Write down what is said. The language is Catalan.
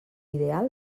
ideal